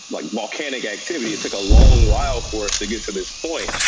like, volcanic activity. it took a long while for us to get to this point.